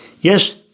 Yes